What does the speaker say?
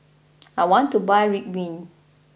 I want to buy Ridwind